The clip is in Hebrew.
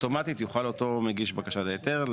אוטומטית יוכל אותו מגיש בקשה להיתר,